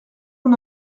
mon